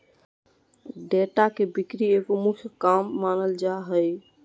data के बिक्री एगो मुख्य काम मानल जा हइ